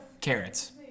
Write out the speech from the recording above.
Carrots